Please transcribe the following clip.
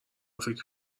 فکر